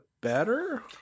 better